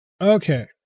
Okay